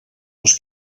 dos